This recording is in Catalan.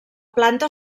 planta